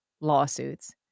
lawsuits